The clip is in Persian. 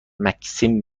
مکسیم